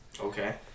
Okay